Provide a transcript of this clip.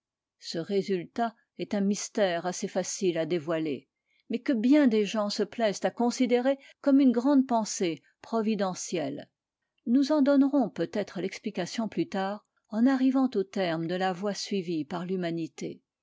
ce résultat est un mystère assez facile à dévoiler mais que bien des gens se plaisent à considérer comme une grande pensée providentielle nous en donnerons peut-être l'explication plus tard en arrivant au terme de la voie suivie par l'humanité